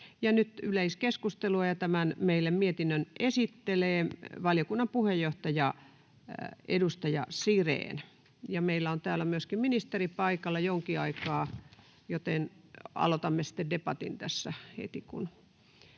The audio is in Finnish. Nyt yleiskeskustelua, ja mietinnön meille esittelee valiokunnan puheenjohtaja, edustaja Sirén. Meillä on täällä myöskin ministeri paikalla jonkin aikaa, joten aloitamme debatin heti,